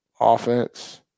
offense